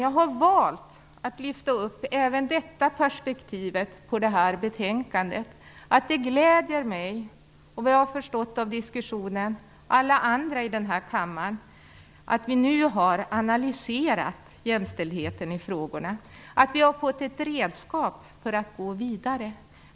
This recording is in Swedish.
Jag har valt att lyfta fram även detta perspektiv på det här betänkandet. Det gläder mig och, vad jag har förstått av den här diskussionen, alla andra i denna kammare att vi nu har analyserat jämställdheten och fått ett redskap för att gå vidare.